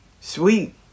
Sweet